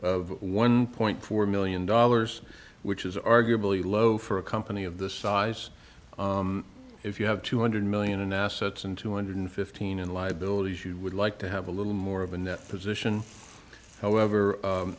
of one point four million dollars which is arguably low for a company of this size if you have two hundred million in assets and two hundred fifteen in liabilities you would like to have a little more of a net position however